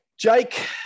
Jake